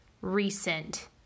recent